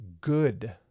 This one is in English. good